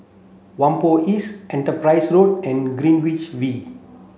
Whampoa East Enterprise Road and Greenwich V